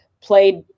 played